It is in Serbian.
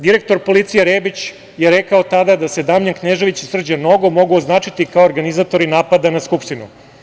Direktor policije Rebić je tada rekao da se Damljan Knežević i Srđan Nogo mogu označiti kao organizatori napada na Skupštinu.